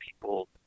people